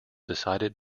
decided